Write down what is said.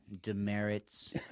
Demerits